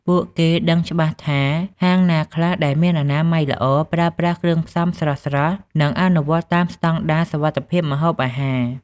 ពួកគេដឹងច្បាស់ថាហាងណាខ្លះដែលមានអនាម័យល្អ ប្រើប្រាស់គ្រឿងផ្សំស្រស់ៗ និងអនុវត្តតាមស្តង់ដារសុវត្ថិភាពម្ហូបអាហារ